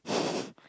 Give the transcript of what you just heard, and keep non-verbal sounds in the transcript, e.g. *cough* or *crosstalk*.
*laughs*